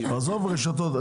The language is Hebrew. עזוב רשתות.